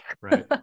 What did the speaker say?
right